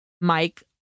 Mike